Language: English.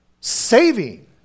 saving